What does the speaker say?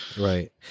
Right